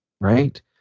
right